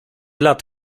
lat